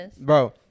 bro